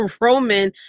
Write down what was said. Roman